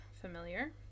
familiar